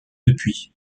depuis